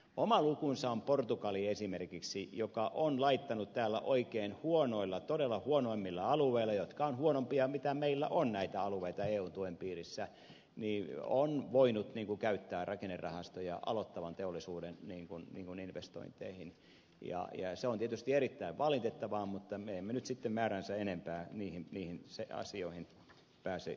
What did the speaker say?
oma lukunsa on portugali esimerkiksi joka oikein huonoilla todella huonoimmilla alueilla mitä meillä on alueita eu tuen piirissä on voinut käyttää rakennerahastoja aloittavan teollisuuden investointeihin ja se on tietysti erittäin valitettavaa mutta me emme nyt sitten määräänsä enempää niihin asioihin pääse käsiksi